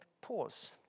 pause